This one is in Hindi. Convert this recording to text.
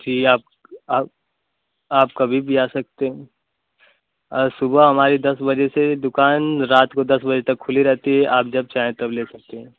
जी आप आप कभी भी आ सकते है सुबह हमारी दस बजे से दुकान रात को दस बजे तक खुली रहती है आप जब चाहे तब ले सकते हैं